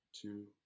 two